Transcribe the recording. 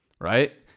right